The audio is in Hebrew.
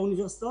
והשלישי,